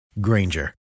Granger